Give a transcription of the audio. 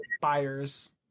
buyers